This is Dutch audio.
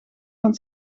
van